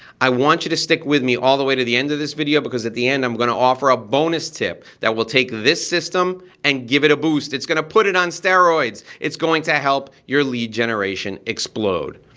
i want you to stick with me all the way to the end of this video cause at the end i'm gonna offer a bonus tip that will take this system and give it a boost. it's gonna put it on steroids. it's going to help your lead generation explode.